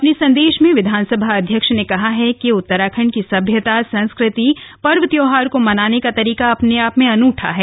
अपने संदेश में विधानसभा अध्यक्ष ने कहा कि उत्तराखंड की सभ्यता संस्कृति और पर्व त्योहार को मनाने का तरीका अपने आप में अनूठा है